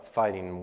fighting